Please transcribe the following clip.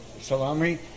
salami